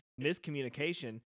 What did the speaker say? miscommunication